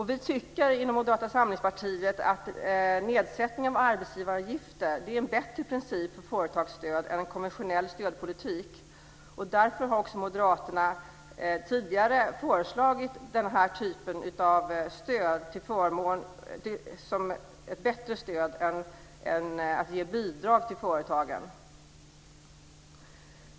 Vi tycker inom Moderata samlingspartiet att en nedsättning av arbetsgivaravgifter är en bättre princip för företagsstöd än en konventionell stödpolitik. Därför har moderaterna tidigare föreslagit den här typen av stöd. Det är ett bättre stöd än att ge bidrag till företagen.